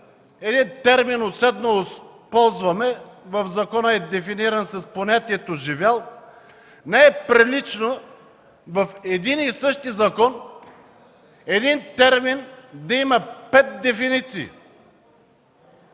термина „уседналост“. В закона е дефиниран с понятието „живял“. Не е прилично в един и същ закон един термин да има пет дефиниции.